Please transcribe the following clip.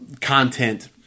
content